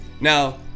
Now